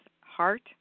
heart